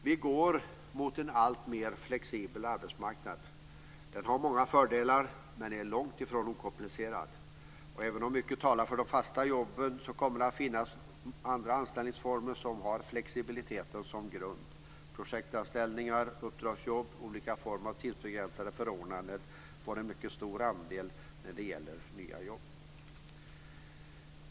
Vi går mot en alltmer flexibel arbetsmarknad. Den har många fördelar, men är långt ifrån okomplicerad. Även om mycket talar för de fasta jobben kommer det att finnas andra anställningsformer som har flexibiliteten som grund. Projektanställningar, uppdragsjobb och olika former av tidsbegränsade förordnanden kommer att utgöra en mycket stor andel av de nya jobben.